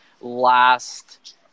last